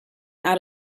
out